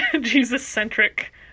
Jesus-centric